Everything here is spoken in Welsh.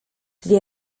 dydy